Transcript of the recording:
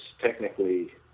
technically